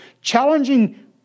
Challenging